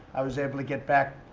i was able to get back.